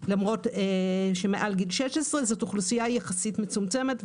למרות שמעל גיל 16. זו אוכלוסייה יחסית מצומצמת.